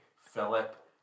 Philip